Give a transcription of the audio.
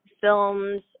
films